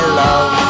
love